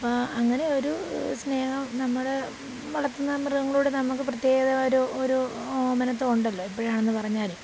അപ്പം അങ്ങനെയൊരു സ്നേഹം നമ്മൾ വളർത്തുന്ന മൃഗങ്ങളോട് നമുക്ക് പ്രത്യേകതരമായൊരു ഒരു ഓമനത്തം ഉണ്ടല്ലോ എപ്പോഴാണെന്ന് പറഞ്ഞാൽ